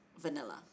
vanilla